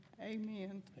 Amen